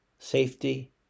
safety